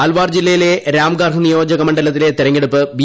അൽവാർ ജില്ലയിലെ ര്യ്ക്ഗർഹ് നിയോജക മണ്ഡലത്തിലെ തെരെഞ്ഞെടുപ്പ് ബി